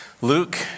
Luke